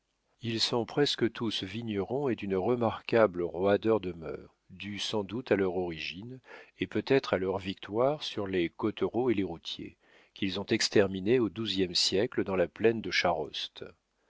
ils sont presque tous vignerons et d'une remarquable roideur de mœurs due sans doute à leur origine et peut-être à leur victoire sur les cottereaux et les routiers qu'ils ont exterminés au douzième siècle dans la plaine de charost